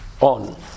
on